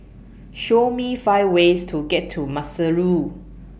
Show Me five ways to get to Maseru